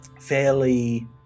fairly